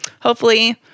hopefully-